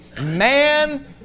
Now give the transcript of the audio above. man